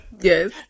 Yes